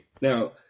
Now